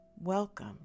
Welcome